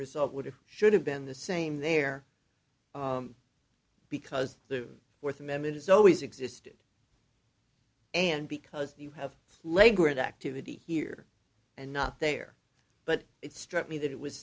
result would have should have been the same there because the fourth amendment has always existed and because you have language activity here and not there but it struck me that it was